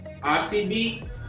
RCB